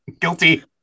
Guilty